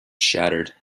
shattered